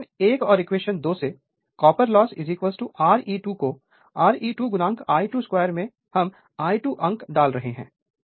अब इक्वेशन 1 और इक्वेशन 2 से कॉपर लॉस Re2 को Re2 I22 मैं हम I2 अंक डाल रहे हैं